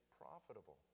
profitable